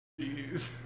Jeez